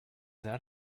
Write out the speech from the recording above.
that